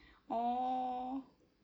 !aww!